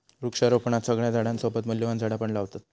वृक्षारोपणात सगळ्या झाडांसोबत मूल्यवान झाडा पण लावतत